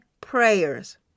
prayers